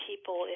people